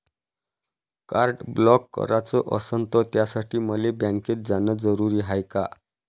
Card block कराच असनं त त्यासाठी मले बँकेत जानं जरुरी हाय का?